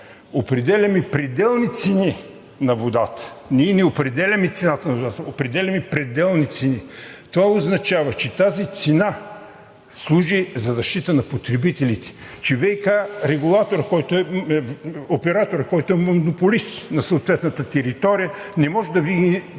определяме пределни цени на водата, ние не определяме цената на водата. Определяме пределни цени. Това означава, че тази цена служи за защита на потребителите, че ВиК операторът, който е монополист на съответната територия, не може да вдигне